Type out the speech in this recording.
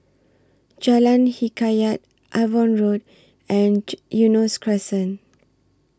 Jalan Hikayat Avon Road and Eunos Crescent